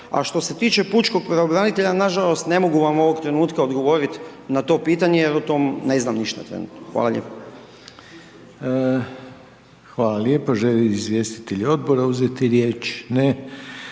A što se tiče pučkog pravobranitelja, nažalost, ne mogu vam ovog trenutka odgovoriti na to pitanje jer o tome ne znam ništa trenutno. Hvala lijepo. **Reiner, Željko (HDZ)** Hvala lijepo. Želi li izvjestitelj Odbora uzeti riječ? Ne.